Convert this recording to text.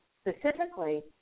specifically